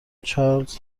چارلز